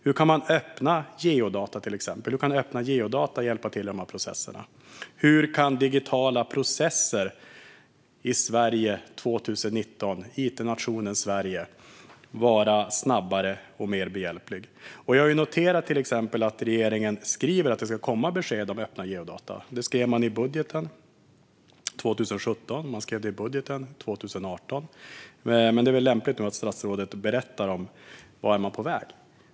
Hur kan öppna geodata hjälpa till i de här processerna? Hur kan digitala processer i it-nationen Sverige 2019 vara snabbare och mer behjälpliga? Jag har noterat att regeringen skriver att det ska komma besked om öppna geodata. Det skrev man i budgeten 2017 och i budgeten 2018, men det är väl lämpligt nu att statsrådet berättar om vart man är på väg.